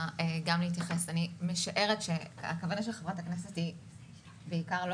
אני משערת שהכוונה של חברת הכנסת מואטי,